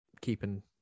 keeping